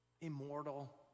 immortal